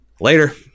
Later